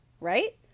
right